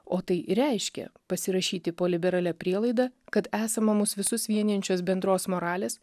o tai ir reiškia pasirašyti po liberalia prielaida kad esama mus visus vienijančios bendros moralės